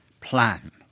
Plan